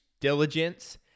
diligence